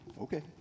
okay